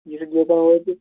ییٚلہِ یوٚتن وٲتِو